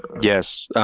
yes,